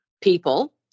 people